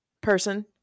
person